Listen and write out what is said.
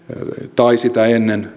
tai sitten sitä ennen